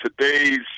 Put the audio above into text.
today's